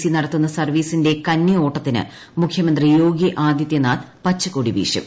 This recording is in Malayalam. സി നടത്തുന്ന സർവ്വീസിന്റെ കന്നി ഓട്ടത്തിന് മുഖ്യമന്ത്രി യോഗി ആദിത്യനാഥ് പച്ചക്കൊടി വീശും